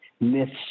myths